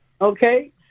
okay